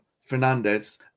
Fernandez